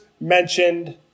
mentioned